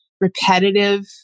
repetitive